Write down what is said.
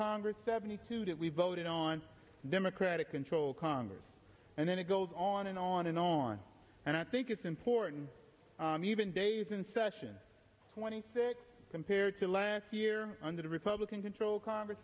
congress seventy two that we voted on democratic controlled congress and then it goes on and on and on and i think it's important even days in session twenty six compared to last year under the republican controlled congress